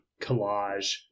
collage